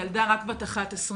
ילדה רק בת 11,